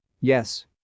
Yes